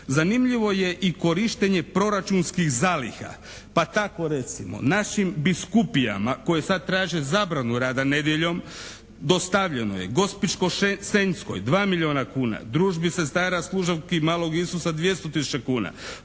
Zanimljivo je i korištenje proračunskih zaliha pa tako recimo našim biskupijama koje sada traže zabranu rada nedjeljom dostavljeno je Gospićko-senjskoj 2 milijuna kuna, Družbi sestara služavki malog Isusa 200 tisuća